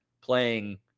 playing